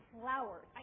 flowers